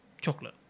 chocolate